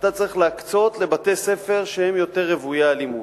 אתה צריך להקצות לבתי-ספר שהם יותר רוויי אלימות.